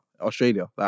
Australia